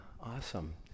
awesome